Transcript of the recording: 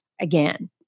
again